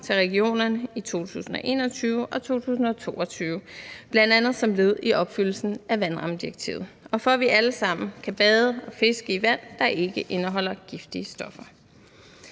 til regionerne i 2021 og 2022, bl.a. som led i opfyldelsen af vandrammedirektivet, for at vi alle sammen kan bade og fiske i vand, der ikke indeholder giftige stoffer.